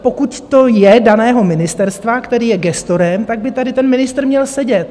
Pokud to je daného ministerstva, které je gestorem, tak by tady ten ministr měl sedět.